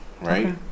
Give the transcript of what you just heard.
right